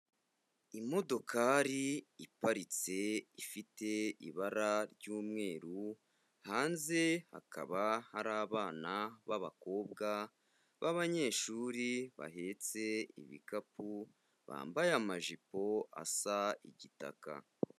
Imodokari iparitse ifite ibara ry'umweru, hanze hakaba hari abana b'abakobwa b'abanyeshuri bahetse ibikapu bambaye amajipo asa igitaka.